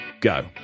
Go